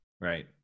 Right